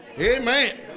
Amen